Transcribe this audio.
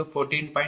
75 14